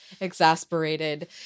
exasperated